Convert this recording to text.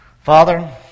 Father